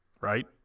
right